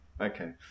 Okay